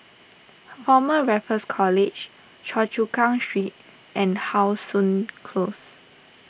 Former Raffles College Choa Chu Kang Street and How Sun Close